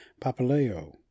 Papaleo